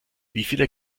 wieviele